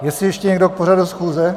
Jestli ještě někdo k pořadu schůze?